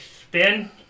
Spin